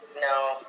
No